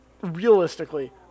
realistically